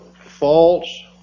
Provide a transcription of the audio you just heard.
false